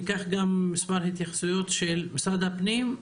ניקח גם מספר התייחסויות של משרד הפנים.